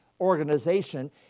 organization